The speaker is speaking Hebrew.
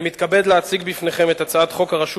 אני מתכבד להציג בפניכם את הצעת חוק הרשות